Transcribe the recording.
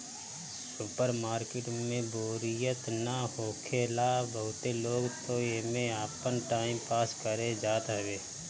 super market में बोरियत ना होखेला बहुते लोग तअ एमे आपन टाइम पास करे जात हवे